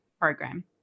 program